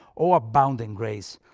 o abounding grace,